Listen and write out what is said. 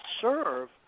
serve